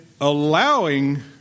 allowing